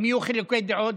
אם יהיו חילוקי דעות?